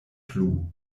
plu